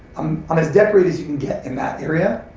i'm as decorated as you can get in that area,